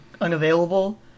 unavailable